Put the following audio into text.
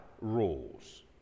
rules